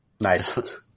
Nice